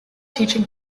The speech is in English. teaching